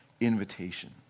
invitation